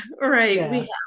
right